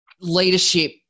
leadership